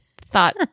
thought